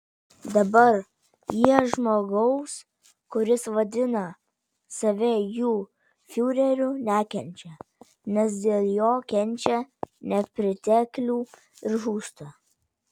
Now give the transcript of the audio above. dabar jie žmogaus kuris vadina save jų fiureriu nekenčia nes dėl jo kenčia nepriteklių ir žūsta